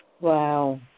Wow